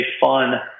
fun